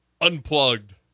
unplugged